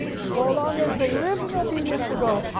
so long as they lived in obedience to god,